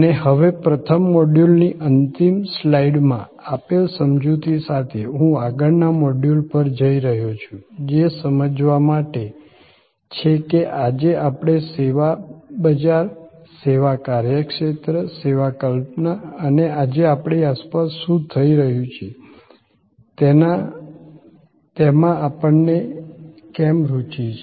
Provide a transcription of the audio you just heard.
અને હવે પ્રથમ મોડ્યુલની અંતિમ સ્લાઇડમાં આપેલ સમજૂતી સાથે હું આગળના મોડ્યુલ પર જઈ રહ્યો છું જે સમજવા માટે છે કે આજે આપણને સેવા બજાર સેવા કાર્યક્ષેત્ર સેવા કલ્પના અને આજે આપણી આસપાસ શું થઈ રહ્યું છે તેમાં આપણને કેમ રુચિ છે